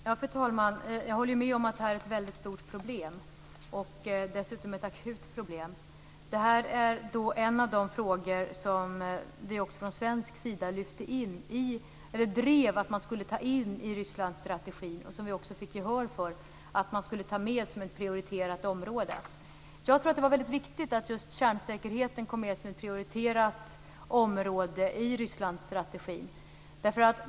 Fru talman! Jag håller med om att det här är ett väldigt stort problem, och dessutom ett akut problem. Det är en av de frågor som vi också från svensk sida drev att man skulle dra in i Rysslandsstrategin, och som vi också fick gehör för att man skulle ta med som ett prioriterat område. Jag tror att det var väldigt viktigt att just kärnsäkerheten kom med som ett prioriterat område i Rysslandsstrategin.